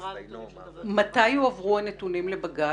מתי הועברו הנתונים לבג"ץ?